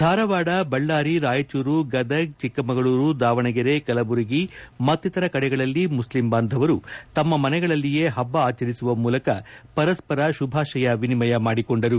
ಧಾರವಾದ ಬಳ್ಳಾರಿ ಹಾಗೂ ರಾಯಚೂರು ಗದಗ್ ಚಿಕ್ಕಮಗಳೂರು ದಾವಣಗೆರೆ ಕಲಬುರಗಿ ಮತ್ತಿತರ ಕಡೆಗಳಲ್ಲಿ ಮುಸ್ಲಿಂ ಬಾಂಧವರು ತಮ್ಮ ಮನೆಗಳಲ್ಲಿಯೇ ಹಬ್ಬ ಆಚರಿಸುವ ಮೂಲಕ ಪರಸ್ವರ ಶುಭಾಶಯ ವಿನಿಮಯ ಮಾಡಿಕೊಂಡರು